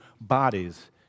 bodies